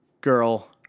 girl